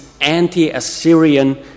anti-Assyrian